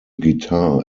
guitar